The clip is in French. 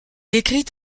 écrit